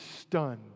stunned